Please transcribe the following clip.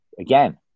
again